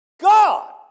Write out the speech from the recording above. God